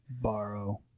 Borrow